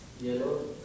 yellow